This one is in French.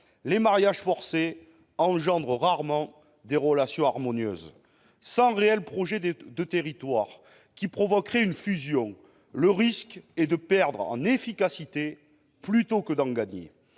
Les mariages forcés engendrent rarement des relations harmonieuses ! Sans réel projet de territoire qui motiverait une fusion, le risque est de perdre en efficacité, à rebours